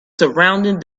surrounding